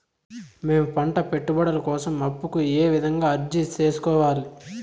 మేము పంట పెట్టుబడుల కోసం అప్పు కు ఏ విధంగా అర్జీ సేసుకోవాలి?